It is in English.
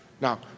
Now